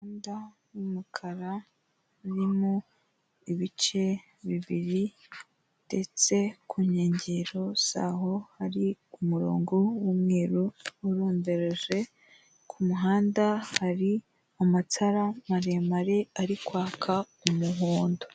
Umunda w'umukara urimo ibice bibiri, ndetse ku nkengero zaho hari umurongo w'umweruru urombereje; ku kumuhanda hari amatara maremare ari kwaka umuhondo.